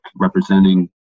representing